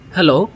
Hello